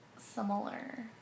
similar